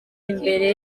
imbere